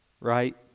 right